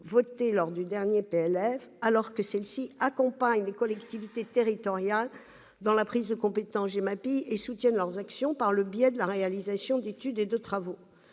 de loi de finances. Ces instances accompagnent les collectivités territoriales dans la prise de compétence GEMAPI et soutiennent leurs actions par le biais de la réalisation d'études et de travaux.